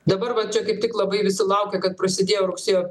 dabar va čia kaip tik labai visi laukia kad prasidėjo rugsėjo